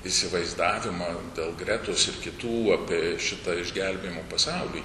įsivaizdavimą dėl gretos ir kitų apie šitą išgelbėjimo pasaulį